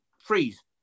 freeze